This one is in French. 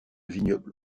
vignoble